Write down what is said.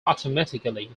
automatically